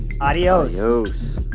Adios